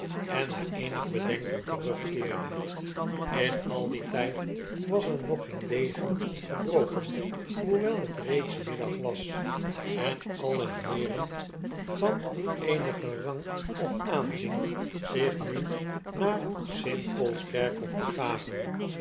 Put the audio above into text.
en na eenig bedenken terugkeerde in al dien tijd was er nog geen degen gebroken hoewel het reeds midaag was en alle heeren van eenigen rang of aanzien zich nu naar st pauls kerkhof begaven